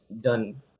done